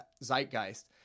zeitgeist